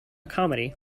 comedy